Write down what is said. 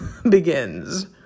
begins